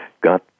got